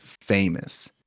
famous